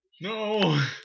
No